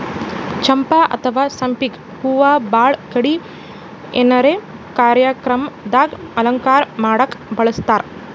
ಚಂಪಾ ಅಥವಾ ಸಂಪಿಗ್ ಹೂವಾ ಭಾಳ್ ಕಡಿ ಏನರೆ ಕಾರ್ಯಕ್ರಮ್ ದಾಗ್ ಅಲಂಕಾರ್ ಮಾಡಕ್ಕ್ ಬಳಸ್ತಾರ್